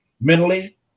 Mentally